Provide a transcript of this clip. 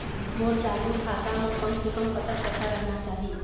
मोर चालू खाता म कम से कम कतक पैसा रहना चाही?